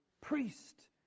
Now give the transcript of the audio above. Priest